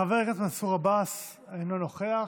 חבר הכנסת מנסור עבאס, אינו נוכח,